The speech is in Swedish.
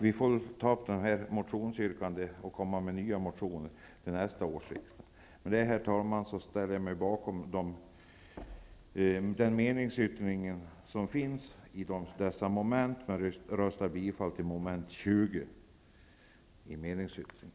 Vi får komma med nya motioner till nästa års riksdag. Med detta, herr talman, ställer jag mig bakom meningsyttringen i fråga om dessa moment, men jag yrkar bifall endast till mom. 20 i meningsyttringen.